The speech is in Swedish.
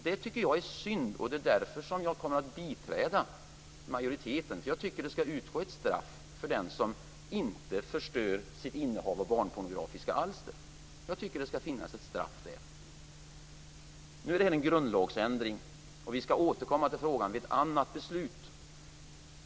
Det tycker jag är synd. Det är därför som jag kommer att biträda majoriteten. Jag tycker att det skall utgå ett straff för den som inte förstör sitt innehav av barnpornografiska alster. Jag tycker att det skall finnas ett straff där. Nu är detta en grundlagsändring, och vi skall återkomma till frågan vid ett annat beslut.